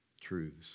truths